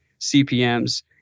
CPMs